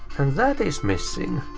and that is missing.